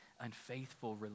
unfaithful